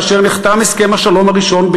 כאשר נחתם הסכם השלום הראשון,